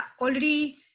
already